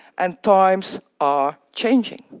and times are changing.